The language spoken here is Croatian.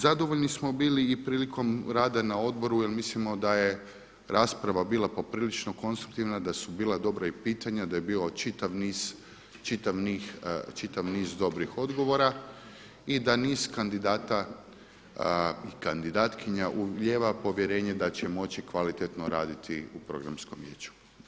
Zadovoljni smo bili i prilikom rada na odboru jer mislimo da je rasprava bila poprilično konstruktivna, da su bila dobra i pitanja, da je bio čitav niz dobrih odgovora i da niz kandidata i kandidatkinja ulijeva povjerenje da će moći kvalitetno raditi u Programskom vijeću.